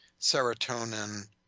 serotonin